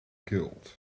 killed